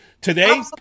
Today